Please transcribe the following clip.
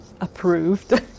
approved